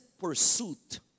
pursuit